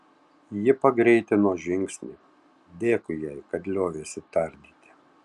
ji pagreitino žingsnį dėkui jai kad liovėsi tardyti